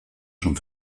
schon